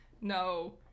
No